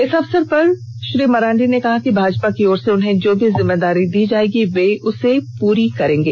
इस अवसर पर श्री मरांडी ने कहा कि भाजपा की ओर से उन्हें जो भी जिम्मेदारी दी जायेगी उसे वो पूरी तरह से निभाएंगे